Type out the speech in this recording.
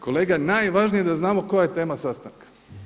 Kolega najvažnije je da znamo koja je tema sastanka.